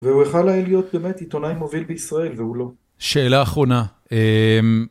והוא יכול להיות באמת עיתונאי מוביל בישראל והוא לא. שאלה אחרונה אמממ